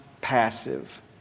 passive